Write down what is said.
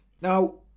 Now